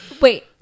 Wait